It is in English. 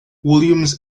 williams